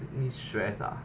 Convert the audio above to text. make me stress ah